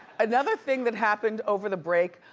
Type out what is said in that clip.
another thing that happened over the break,